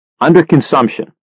Under-consumption